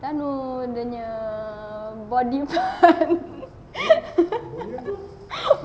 kan dia nya body parts